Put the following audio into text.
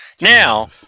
Now